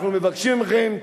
אנחנו מבקשים מכן,